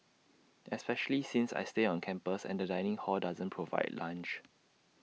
especially since I stay on campus and the dining hall doesn't provide lunch